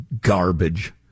garbage